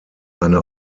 eine